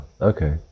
okay